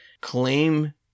claim